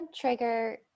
trigger